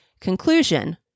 Conclusion